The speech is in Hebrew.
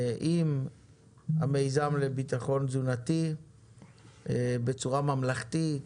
עם המיזם לביטחון תזונתי בצורה ממלכתית,